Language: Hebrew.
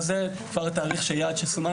תאריך היעד שסומן